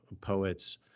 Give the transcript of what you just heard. poets